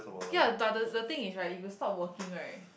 ya but the the thing is right if you stop working right